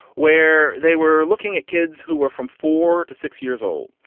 where they were looking at kids who were from four to six years old.